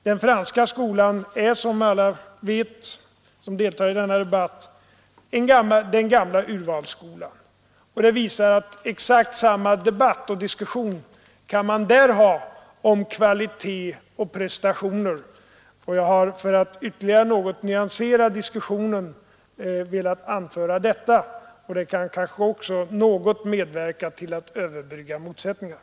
Den franska skolan är, som alla vet som deltar i denna debatt, den gamla urvalsskolan, och citatet visar att man där kan föra exakt samma debatt och diskussion om kvalitet och prestationer. Jag har, för att ytterligare något nyansera diskussionen, velat anföra detta, och det kan kanske också något medverka till att överbrygga motsättningarna.